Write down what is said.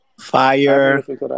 Fire